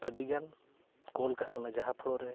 ᱟᱹᱰᱤ ᱜᱟᱱ ᱠᱚ ᱚᱞ ᱠᱟᱜ ᱠᱟᱱᱟ ᱡᱟᱦᱟᱸ